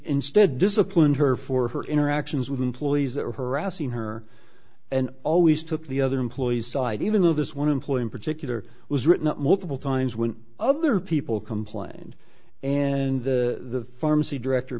instead disciplined her for her interactions with employees that were harassing her and always took the other employees side even though this one employee in particular was written up multiple times when other people complained and the pharmacy director